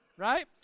Right